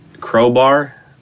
Crowbar